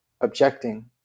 objecting